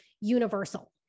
universal